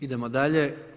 Idemo dalje.